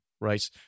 right